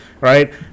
Right